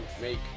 make